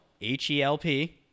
H-E-L-P